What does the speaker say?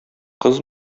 кыз